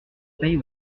paye